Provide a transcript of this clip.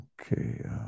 Okay